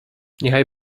niechaj